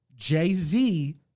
Jay-Z